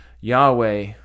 Yahweh